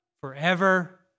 forever